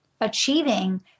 achieving